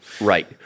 Right